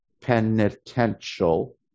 penitential